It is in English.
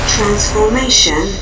Transformation